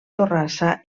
torrassa